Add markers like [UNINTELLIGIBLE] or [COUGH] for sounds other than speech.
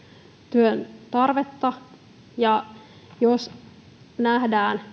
työn tarvetta ja nähdään [UNINTELLIGIBLE]